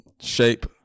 shape